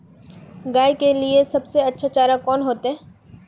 गाय के लिए सबसे अच्छा चारा कौन होते?